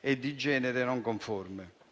e di genere non conforme.